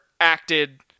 acted